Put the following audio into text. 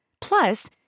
Plus